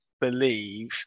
believe